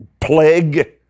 plague